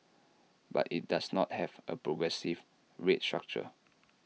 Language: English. but IT does not have A progressive rate structure